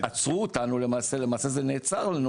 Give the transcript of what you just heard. למעשה זה נעצר לנו